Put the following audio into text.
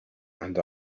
and